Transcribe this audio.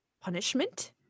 Punishment